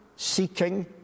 seeking